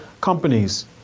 companies